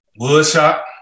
Woodshop